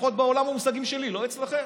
לפחות בעולם המושגים שלי, לא אצלכם.